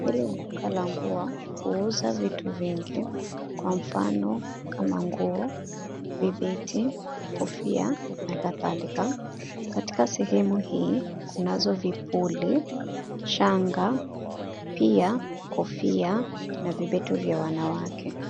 Hili ni duka la nguo, huuza vitu vingi kwa mfano kama nguo, vibeti, kofia, na kadhalika .Katika sehemu hii kunazo vipuli, shanga pia kofia na vibeti vya wanawake.